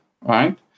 right